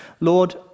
Lord